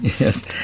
yes